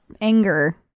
anger